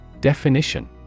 Definition